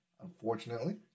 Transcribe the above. Unfortunately